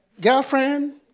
Girlfriend